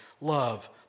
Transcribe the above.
love